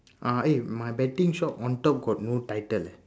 uh eh my betting shop on top got no title eh